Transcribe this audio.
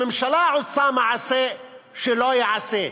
הממשלה עושה מעשה שלא ייעשה.